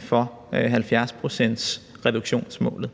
for 70-procentsreduktionsmålet.